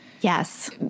Yes